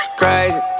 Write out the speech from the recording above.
crazy